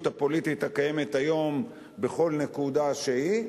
הפוליטית הקיימת היום בכל נקודה שהיא,